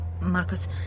Marcus